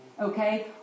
okay